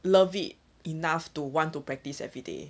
love it enough to want to practice every day